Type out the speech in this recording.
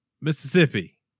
Mississippi